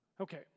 Okay